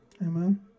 Amen